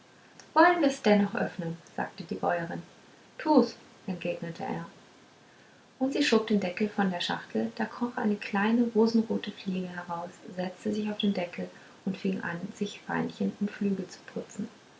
wollen wir's dennoch öffnen sagte die bäuerin tu's entgegnete er und sie schob den deckel von der schachtel da kroch eine kleine rosenrote fliege heraus setzte sich auf den deckel und fing an sich beinchen und flügel zu putzen